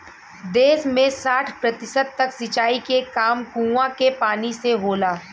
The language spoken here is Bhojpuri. देस में साठ प्रतिशत तक सिंचाई के काम कूंआ के पानी से होला